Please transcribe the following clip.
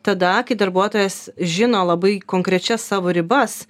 tada kai darbuotojas žino labai konkrečias savo ribas